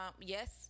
Yes